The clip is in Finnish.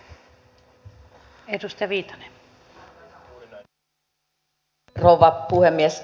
arvoisa rouva puhemies